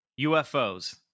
UFOs